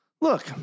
Look